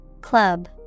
Club